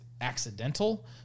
accidental